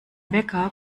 wecker